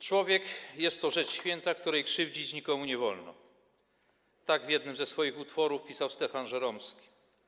Człowiek jest to rzecz święta, której krzywdzić nikomu nie wolno - tak w jednym ze swoich utworów pisał Stefan Żeromski.